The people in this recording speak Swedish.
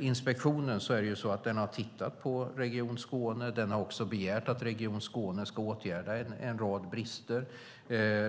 Inspektionen har tittat på Region Skåne och har begärt att de ska åtgärda en rad brister.